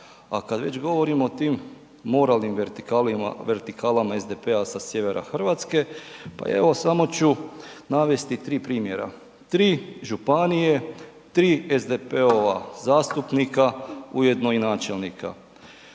a kad već govorimo o tim moralnim vertikalama SDP-a sa sjevera RH, pa evo samo ću navesti 3 primjera, 3 županije, 3 SDP-ova zastupnika ujedno i načelnika.